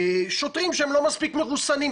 שוטרים שהם לא מספיק מרוסנים,